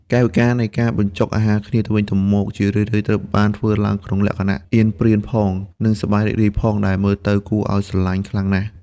កាយវិការនៃការបញ្ចុកអាហារគ្នាទៅវិញទៅមក ជារឿយៗត្រូវបានធ្វើឡើងក្នុងលក្ខណៈអៀនប្រៀនផង និងសប្បាយរីករាយផង ដែលមើលទៅគួរឱ្យស្រឡាញ់ខ្លាំងណាស់។